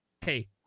Hey